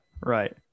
right